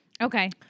Okay